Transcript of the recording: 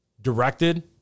directed